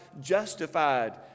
justified